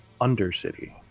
Undercity